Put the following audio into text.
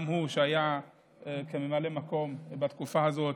גם הוא היה ממלא מקום בתקופה הזאת.